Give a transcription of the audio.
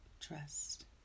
Trust